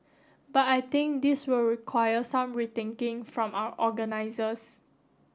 but I think this will require some rethinking from our organizers